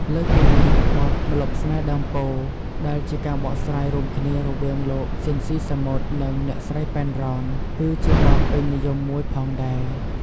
លើសពីនេះ បទ "ម្លប់ស្នេហ៍ដើមពោធិ៍" ដែលជាការបកស្រាយរួមគ្នារវាងលោក ស៊ីន ស៊ីសាមុត និងអ្នកស្រី ប៉ែន រ៉ន ក៏ជាបទពេញនិយមមួយផងដែរ។